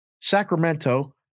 Sacramento